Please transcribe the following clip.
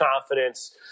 confidence